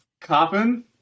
Coppin